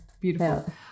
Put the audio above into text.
beautiful